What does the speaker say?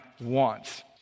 wants